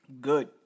Good